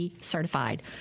certified